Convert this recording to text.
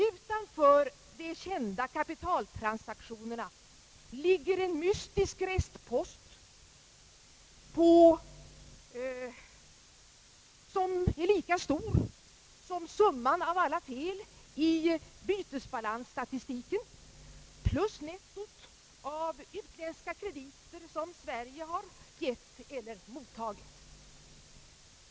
Utanför de kända kapitaltransaktionerna ligger en mystisk restpost som är lika stor som summan av alla fel i bytesbalansstatistiken plus nettot av utländska krediter som Sverige har gett eller mottagit.